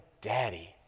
daddy